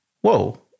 whoa